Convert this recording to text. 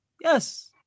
Yes